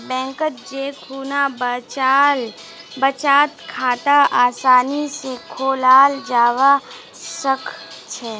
बैंकत जै खुना बचत खाता आसानी स खोलाल जाबा सखछेक